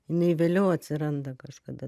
jinai vėliau atsiranda kažkada